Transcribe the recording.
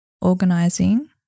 organizing